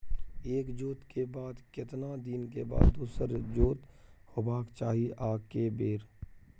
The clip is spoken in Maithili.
एक जोत के बाद केतना दिन के बाद दोसर जोत होबाक चाही आ के बेर?